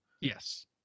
Yes